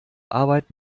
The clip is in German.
arbeit